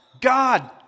god